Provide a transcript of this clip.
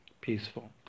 peaceful